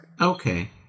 okay